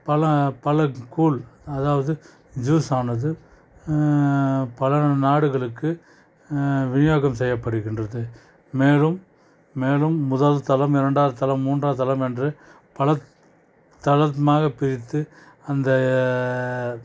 பழம் பழக்கூழ் அதாவது ஜூஸ் ஆனது பல நாடுகளுக்கு விநியோகம் செய்யப்படுகின்றது மேலும் மேலும் முதல் தரம் இரண்டாவது தரம் மூன்றாவது தரம் என்று பல தரமாக பிரித்து அந்த